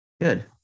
good